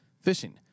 fishing